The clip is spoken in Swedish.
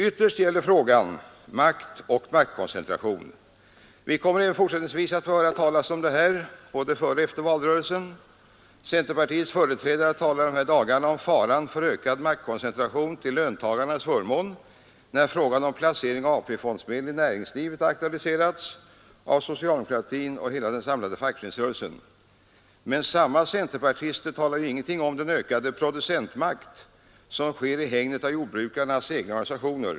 Ytterst gäller frågan — som det har framhållits — makt och maktkoncentration. Vi kommer även fortsättningsvis att få höra mycket om detta, både före och efter valrörelsen. Centerpartiets företrädare talar i dessa frågor om faran av ökad maktkoncentration till löntagarnas förmån när frågan om placering av AP-fondsmedel i näringslivet aktualiseras av socialdemokratin och hela den samlade fackföreningsrörelsen men samma centerpartister talar ingenting om den ökning av producentmakten som sker i hägnet av jordbrukarnas organisationer.